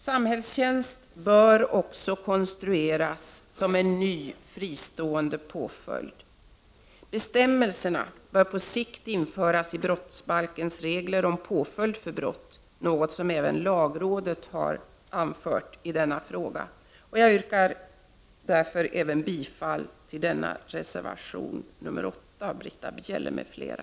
Samhällstjänst bör också konstrueras som en ny, fristående påföljd. Bestämmelserna bör på sikt införas i brottsbalkens regler om påföljd för brott, något som även lagrådet anfört i denna fråga. Jag yrkar därför även bifall till reservation 8 av Britta Bjelle m.fl.